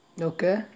okay